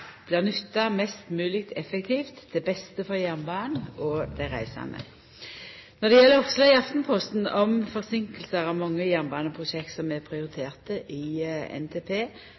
blir nytta mest mogleg effektivt til beste for jernbanen og dei reisande. Når det gjeld oppslaget i Aftenposten om forseinkingar av mange jernbaneprosjekt som er prioriterte i NTP